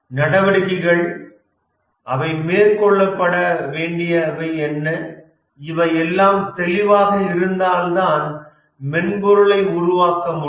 நடவடிக்கைகள் அவை மேற்கொள்ளப்பட வேண்டியவை என்ன இது எல்லாம் தெளிவாக இருந்தால்தான் மென்பொருளை உருவாக்க முடியும்